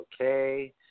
okay